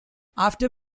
after